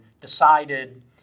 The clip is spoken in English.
decided